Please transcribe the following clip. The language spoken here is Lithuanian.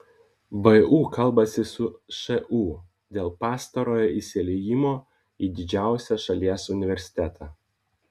vu kalbasi su šu dėl pastarojo įsiliejimo į didžiausią šalies universitetą